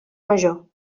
major